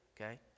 Okay